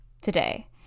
today